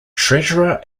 treasurer